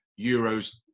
Euros